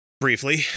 briefly